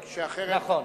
נכון.